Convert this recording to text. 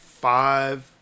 five